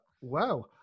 Wow